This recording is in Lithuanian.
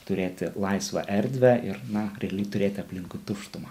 turėti laisvą erdvę ir na realiai turėti aplinkui tuštumą